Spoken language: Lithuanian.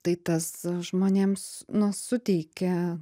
tai tas žmonėms na suteikia